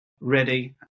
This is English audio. ready